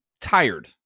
tired